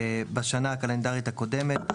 בשנה הקלנדרית הקודמת,